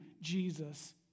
Jesus